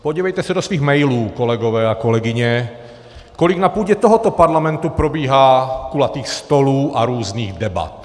Podívejte se do svých mailů, kolegové a kolegyně, kolik na půdě tohoto parlamentu probíhá kulatých stolů a různých debat.